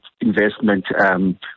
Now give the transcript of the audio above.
investment